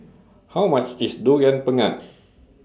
How much IS Durian Pengat